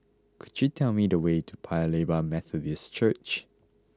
could you tell me the way to Paya Lebar Methodist Church